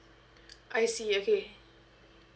I see okay